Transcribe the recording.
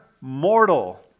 mortal